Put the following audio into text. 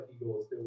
eagles